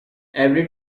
every